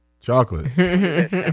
Chocolate